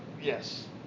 Yes